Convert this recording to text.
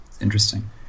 Interesting